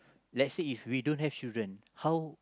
let say if we don't have children how